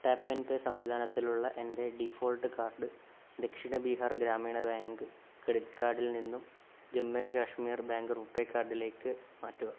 tap and pay സംവിധാനത്തിലുള്ള എൻ്റെ default card Dakshin Bihar Gramin bank credit കാർഡിൽ നിന്നും ജമ്മു ആൻഡ് കശ്മീർ ബാങ്ക് റൂപേ കാർഡിലേക്ക് മാറ്റുക